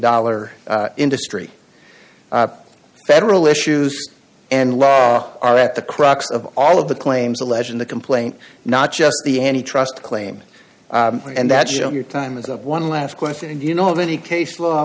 dollars industry federal issues and law are at the crux of all of the claims alleged in the complaint not just the any trust claim and that you know your time is up one last question and you know of any case law